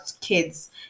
kids